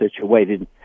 situated